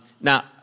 Now